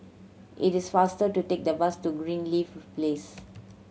it is faster to take the bus to Greenleaf Place